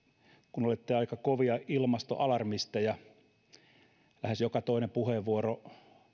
kun olette aika kovia ilmastoalarmisteja lähes joka toinen puheenvuoro